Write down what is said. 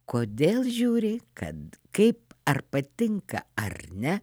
kodėl žiūri kad kaip ar patinka ar ne